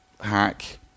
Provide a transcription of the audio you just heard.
hack